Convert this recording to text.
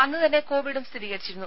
അന്ന് തന്നെ കോവിഡും സ്ഥിരീകരിച്ചിരുന്നു